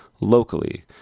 locally